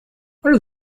are